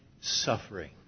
suffering